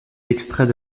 extraits